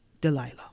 Delilah